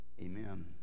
Amen